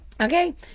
Okay